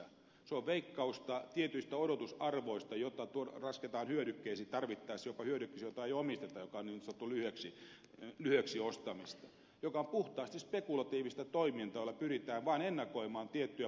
se on veikkausta tietyistä odotusarvoista joita lasketaan hyödykkeisiin tarvittaessa jopa hyödykkeisiin joita ei omisteta joka on niin sanottua lyhyeksi ostamista joka on puhtaasti spekulatiivista toimintaa jolla pyritään vain ennakoimaan tiettyjä potentiaalisia arvonmuutoksia rahaomaisuudessa